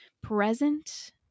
present